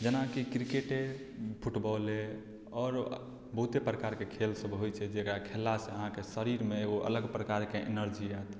जेनाकि क्रिकेटे फुटबॉले आओर बहुते प्रकारके खेलसभ अबैत छै जकरा खेललासँ अहाँक शरीरमे ओ अलग प्रकारके एनर्जी आओत